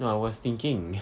no I was thinking